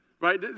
right